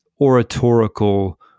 oratorical